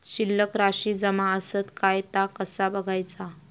शिल्लक राशी जमा आसत काय ता कसा बगायचा?